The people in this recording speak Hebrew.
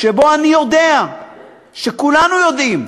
שבו אני יודע שכולנו יודעים